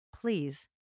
please